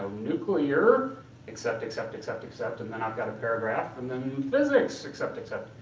ah nuclear accept, accept, accept, accept, and then i've got a paragraph, and then, physics accept, accept.